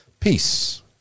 Peace